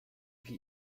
wir